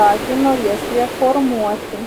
ragino jas reformuoti